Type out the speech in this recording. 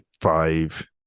five